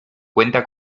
cuenta